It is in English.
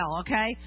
okay